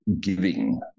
giving